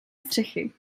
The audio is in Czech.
střechy